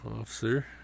Officer